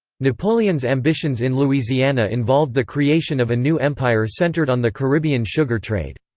napoleon's ambitions in louisiana involved the creation of a new empire centered on the caribbean sugar trade.